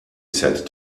said